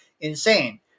insane